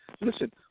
listen